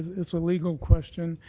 it's a legal question.